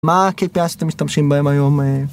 מה ה-KPI שאתם משתמשים בהם היום?